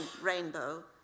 Rainbow